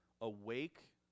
Awake